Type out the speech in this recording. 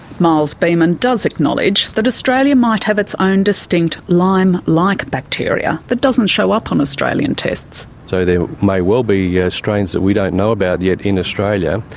miles beaman does acknowledge that australia might have its own distinct lyme-like like bacteria that doesn't show up on australian tests. so there may well be yeah strains that we don't know about yet in australia.